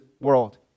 world